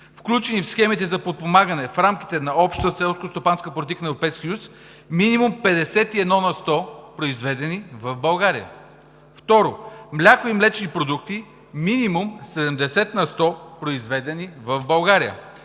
включени в схемите за подпомагане в рамките на Общата селскостопанска политика на Европейския съюз – минимум 51 на сто, произведени в България. Второ, мляко и млечни продукти – минимум 70 на сто, произведени в България;